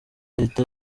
leta